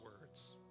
words